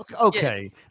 Okay